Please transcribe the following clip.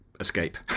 escape